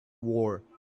war